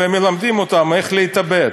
ומלמדים אותם איך להתאבד.